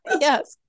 yes